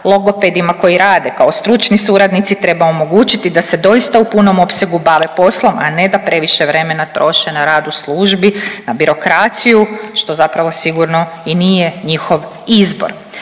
logopedima koji rade kao stručni suradnici treba omogućiti da se doista u punom opsegu bave poslom, a ne da previše vremena troše na rad u službi, na birokraciju, što zapravo sigurno i nije njihov izbor.